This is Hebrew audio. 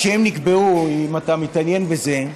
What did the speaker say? כשהן נקבעו אם אתה מתעניין בזה,